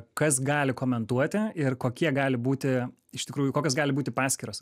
kas gali komentuoti ir kokie gali būti iš tikrųjų kokios gali būti paskyros